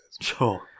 Sure